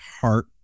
heart